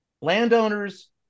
landowners